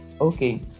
okay